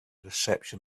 reception